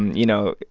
you know,